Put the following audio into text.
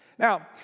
Now